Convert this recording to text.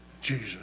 Jesus